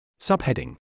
Subheading